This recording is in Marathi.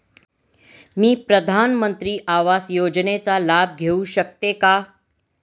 मी प्रधानमंत्री आवास योजनेचा लाभ घेऊ शकते का?